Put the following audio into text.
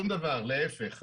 להיפך,